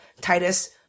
Titus